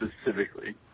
specifically